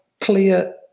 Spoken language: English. clear